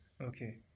okay